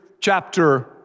Chapter